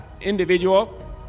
individual